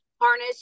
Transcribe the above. harness